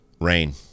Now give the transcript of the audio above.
Rain